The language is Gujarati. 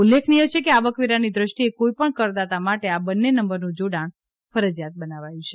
ઉલ્લેખનીય છે કે આવકવેરાની ક્રષ્ટિએ કોઇપણ કરદાતા માટે આ બન્ને નંબરનું જોડાણ ફરજીયાત બનાવાયું છે